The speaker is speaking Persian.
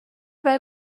برای